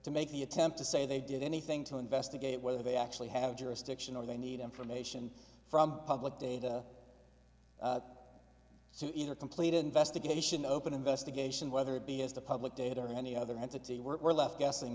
to make the attempt to say they did anything to investigate whether they actually have jurisdiction or they need information from public data so either complete investigation open investigation whether it be as the public data or any other entity we're left guessing